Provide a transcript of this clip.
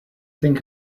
think